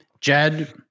Jed